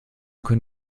können